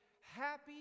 happy